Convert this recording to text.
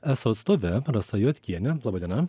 eso atstove rasa juodkiene laba diena